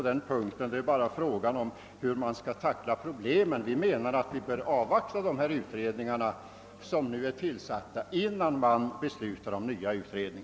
Det gäller bara hur vi skall tackla problemen. Vår uppfattning är att resultaten av nu pågående utredningar bör avvaktas innan vi beslutar om någon ny utredning.